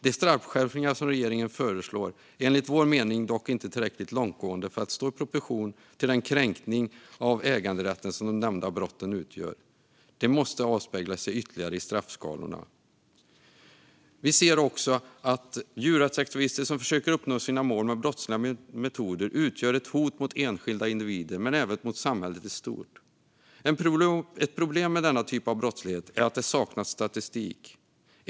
De straffskärpningar som regeringen föreslår är enligt vår mening dock inte tillräckligt långtgående för att stå i proportion till den kränkning av äganderätten som de nämnda brotten utgör. Det måste avspeglas ytterligare i straffskalorna. Vi ser också att djurrättsaktivister som försöker att uppnå sina mål med brottsliga metoder utgör ett hot både mot enskilda individer och mot samhället i stort. Ett problem med denna typ av brottslighet är att det saknas statistik.